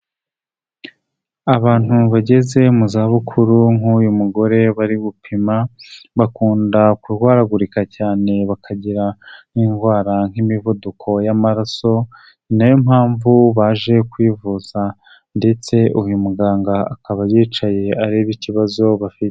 Abantu bageze mu zabukuru nk'uyu mugore bari gupima, bakunda kurwaragurika cyane bakagira n'indwara nk'imivuduko y'amaraso, ni na yo mpamvu baje kwivuza ndetse uyu muganga akaba yicaye areba ikibazo bafite.